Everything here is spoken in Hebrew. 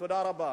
תודה רבה.